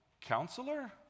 Counselor